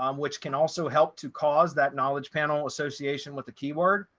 um which can also help to cause that knowledge panel association with the keyword.